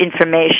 information